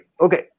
Okay